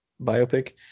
biopic